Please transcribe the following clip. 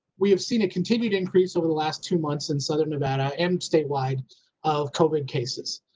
we have seen a continued increase over the last two months in southern nevada and statewide of covid cases.